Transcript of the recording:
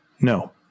No